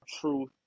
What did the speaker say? Truth